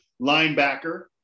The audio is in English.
linebacker